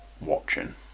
watching